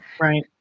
right